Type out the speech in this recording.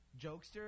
jokester